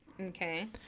Okay